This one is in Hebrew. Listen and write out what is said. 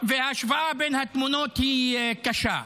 וההשוואה בין התמונות היא קשה.